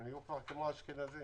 הם נהיו כבר כמו האשכנזים.